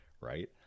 right